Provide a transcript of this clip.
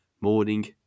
Morning